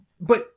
But-